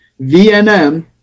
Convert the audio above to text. VNM